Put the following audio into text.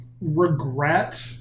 regret